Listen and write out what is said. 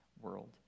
world